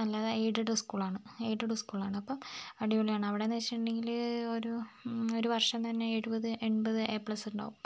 അല്ലാതെ aided school ആണ് aided school ആണ് അപ്പം അടിപൊളിയാണ് അവിടെ എന്ന് വെച്ചിട്ടുണ്ടെങ്കിൽ ഒരു ഒരു വർഷം തന്നെ എഴുപത് എൺപത് എ പ്ലസ് ഉണ്ടാവും